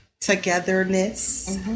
Togetherness